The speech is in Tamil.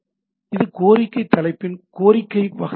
இது கோரிக்கை தலைப்பின் கோரிக்கை வகை ஆகும்